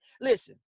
Listen